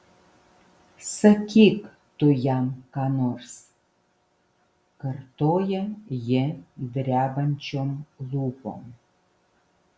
sakyk tu jam ką nors kartoja ji drebančiom lūpom